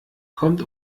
kommt